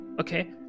Okay